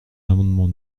l’amendement